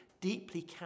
deeply